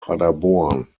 paderborn